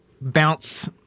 bounce